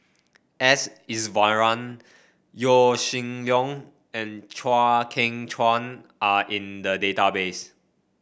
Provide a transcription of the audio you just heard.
S Iswaran Yaw Shin Leong and Chew Kheng Chuan are in the database